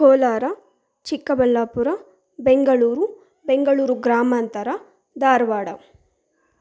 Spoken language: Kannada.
ಕೋಲಾರ ಚಿಕ್ಕಬಳ್ಳಾಪುರ ಬೆಂಗಳೂರು ಬೆಂಗಳೂರು ಗ್ರಾಮಾಂತರ ಧಾರವಾಡ